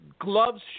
gloves